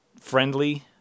friendly